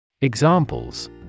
Examples